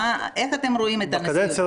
מה, איך אתם רואים את הנשיאות?